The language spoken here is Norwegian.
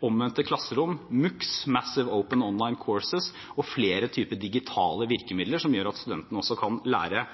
omvendte klasserom, MOOC – Massive Open Online Courses – og flere typer digitale virkemidler, som gjør at studentene kan lære